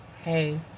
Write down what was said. hey